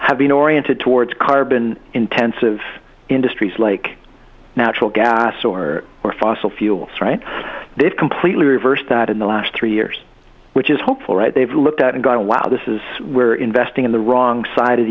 been oriented towards carbon intensive industries like natural gas or or fossil fuels right they've completely reversed that in the last three years which is hopeful right they've looked at and going wow this is we're investing in the wrong side of